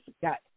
got